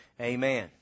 Amen